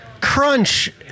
crunch